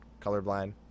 Colorblind